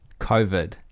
COVID